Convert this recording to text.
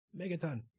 Megaton